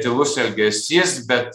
tylus elgesys bet